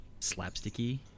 slapsticky